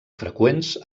freqüents